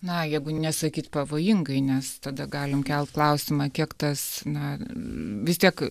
na jeigu nesakyt pavojingai nes tada galim kelt klausimą kiek tas na vis tiek